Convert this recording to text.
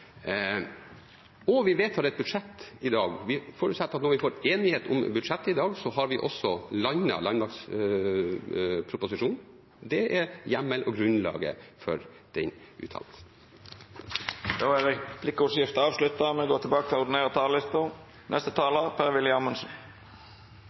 og vi vedtar et budsjett i dag. Vi forutsetter at når vi får enighet om budsjettet i dag, har vi også landet landmaktproposisjonen. Det er hjemmelen og grunnlaget for den uttalelsen. Replikkordskiftet er avslutta. Demokratier er avhengige av klare grenser til